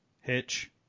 Hitch